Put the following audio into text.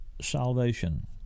salvation